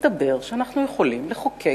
מסתבר שאנחנו מצליחים לחוקק